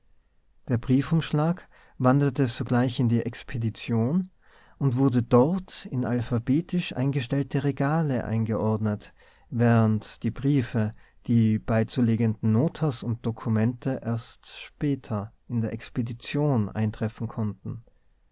der briefumschlag wanderte sogleich in die expedition und wurde dort in alphabetisch eingestellte regale eingeordnet während die briefe die beizulegenden notas und dokumente erst später in der expedition eintreffen konnten